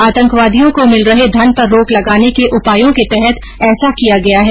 आतंकवादियों को मिल रहे धन पर रोक लगाने के उपायों के तहत ऐसा किया गया है